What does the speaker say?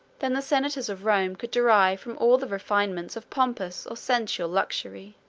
than the senators of rome could derive from all the refinements of pompous or sensual luxury.